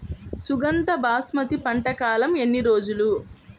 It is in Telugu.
సుగంధ బాస్మతి పంట కాలం ఎన్ని రోజులు?